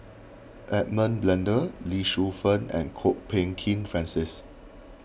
Edmund Blundell Lee Shu Fen and Kwok Peng Kin Francis